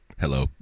Hello